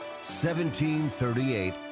1738